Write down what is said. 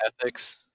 ethics